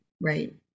Right